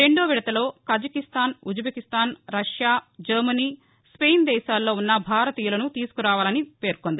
రెండో విదతలో Kazakhstan Uzbekistan Russia Germany Spain దేశాల్లో ఉన్న భారతీయులను తీసుకురానున్నారు